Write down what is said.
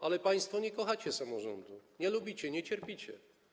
Ale państwo nie kochacie samorządu, nie lubicie, nie cierpicie.